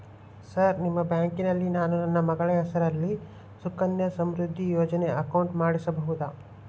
Sir ನಿಮ್ಮ ಬ್ಯಾಂಕಿನಲ್ಲಿ ನಾನು ನನ್ನ ಮಗಳ ಹೆಸರಲ್ಲಿ ಸುಕನ್ಯಾ ಸಮೃದ್ಧಿ ಯೋಜನೆ ಅಕೌಂಟ್ ಮಾಡಿಸಬಹುದಾ?